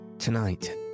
Tonight